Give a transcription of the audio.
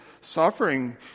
suffering